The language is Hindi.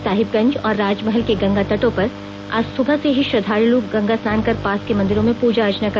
साहिबगंज और राजमहल के गंगा तटों पर आज सुबह से ही श्रद्वालु गंगा स्नान कर पास के मंदिरों में पूजा अर्चना की